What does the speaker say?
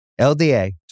LDA